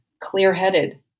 clear-headed